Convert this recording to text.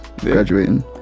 graduating